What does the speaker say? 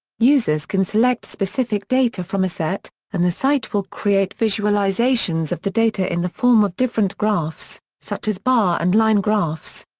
users can select specific data from a set, and the site will create visualizations of the data in the form of different graphs, such as bar and line graphs.